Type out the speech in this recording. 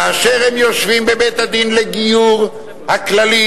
כאשר הם יושבים בבית-הדין לגיור הכללי,